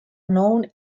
known